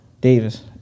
Davis